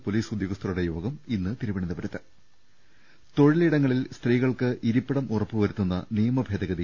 police ഉദ്യോഗസ്ഥരുടെ യോഗം ഇന്ന് തിരുവനന്തപുരത്ത് തൊഴിലിടങ്ങളിൽ സ്ത്രീകൾക്ക് ഇരിപ്പിടം ഉറപ്പുവരുത്തുന്ന നിയമഭേദഗതി